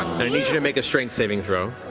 need you to make a strength saving throw.